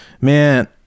man